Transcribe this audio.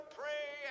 pray